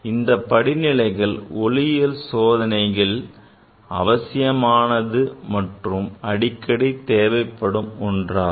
இந்தப் படிநிலைகள் ஒளியியல் சோதனையில் அவசியமானது மற்றும் அடிக்கடி தேவைப்படும் ஒன்று ஆகும்